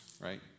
right